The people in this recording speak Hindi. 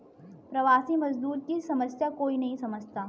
प्रवासी मजदूर की समस्या कोई नहीं समझता